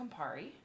Campari